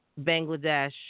Bangladesh